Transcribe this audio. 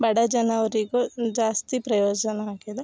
ಬಡ ಜನರಿಗೂ ಜಾಸ್ತಿ ಪ್ರಯೋಜನ ಆಗಿದೆ